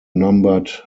numbered